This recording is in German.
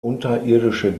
unterirdische